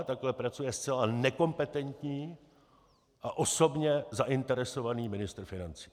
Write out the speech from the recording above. Takhle pracuje zcela nekompetentní a osobně zainteresovaný ministr financí.